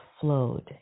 flowed